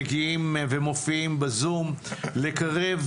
אנחנו נעבור למי שנמצא פה כרגע,